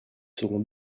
seront